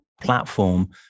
platform